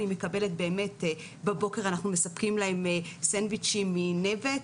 בבוקר אנחנו מספקים להם סנדוויצ'ים מ"נבט",